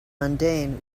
mundane